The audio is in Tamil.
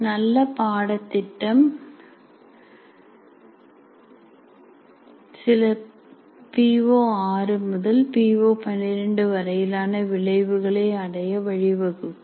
நல்ல பாடத்திட்டம் சில PO6 முதல் PO12 வரையிலான விளைவுகளை அடைய வழிவகுக்கும்